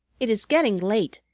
it is getting late,